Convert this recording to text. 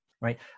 right